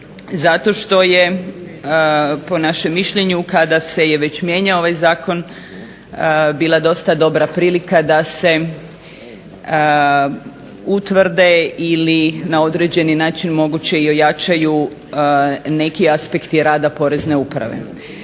zato što je po našem mišljenju kada se već mijenjao ovaj zakon bila dosta dobra prilika da se utvrde ili na određeni način moguće i ojačaju neki aspekti rada Porezne uprave,